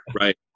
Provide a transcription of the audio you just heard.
Right